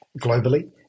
globally